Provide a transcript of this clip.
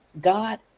God